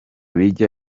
bijya